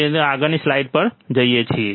તેથી અમે આગળની સ્લાઇડ પર જઈએ છીએ